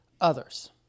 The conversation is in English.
others